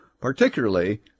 particularly